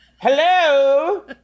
Hello